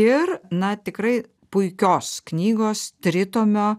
ir na tikrai puikios knygos tritomio